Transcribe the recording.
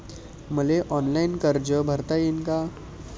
मले ऑनलाईन कर्ज भरता येईन का?